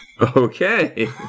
Okay